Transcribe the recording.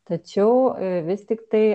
tačiau vis tiktai